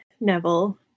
Neville